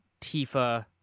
Tifa